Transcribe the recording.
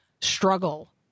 struggle